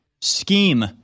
scheme